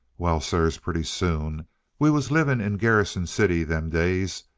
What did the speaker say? well, sirs, pretty soon we was living in garrison city them days,